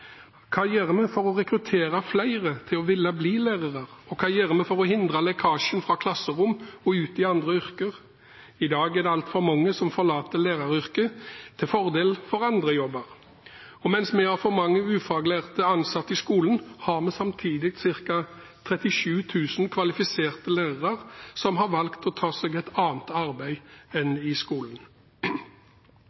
Hva gjør vi for å rekruttere flere til å ville bli lærere? Og hva gjør vi for å hindre lekkasjen fra klasserom og ut i andre yrker? I dag er det altfor mange som forlater læreryrket til fordel for andre jobber, og mens vi har for mange ufaglærte ansatte i skolen, har vi samtidig ca. 37 000 kvalifiserte lærere som har valgt å ta seg et annet arbeid enn i skolen.